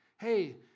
Hey